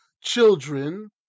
children